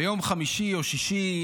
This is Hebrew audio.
ביום חמישי או שישי,